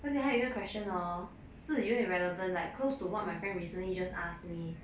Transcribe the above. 而且还有一个 question hor 是有一点 relevant like close to what my friend recently just ask me